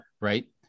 right